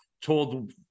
told